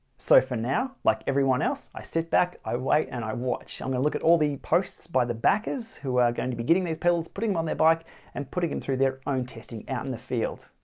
so for now, like everyone else i sit back, i wait and i watch. i'm gonna look at all the posts by the backers who are going to be getting these pedals putting them on their bike and putting them through their own testing out in the field.